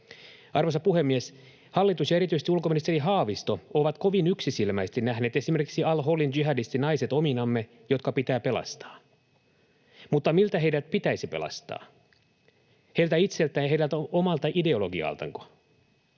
Arvoisa puhemies! Hallitus ja erityisesti ulkoministeri Haavisto ovat kovin yksisilmäisesti nähneet esimerkiksi al-Holin jihadistinaiset ominamme, jotka pitää pelastaa. Mutta miltä heidät pitäisi pelastaa — heiltä itseltään ja heidän omalta ideologialtaanko?